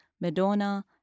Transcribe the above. Madonna